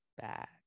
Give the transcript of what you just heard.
back